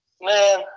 Man